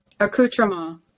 Accoutrement